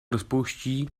rozpouští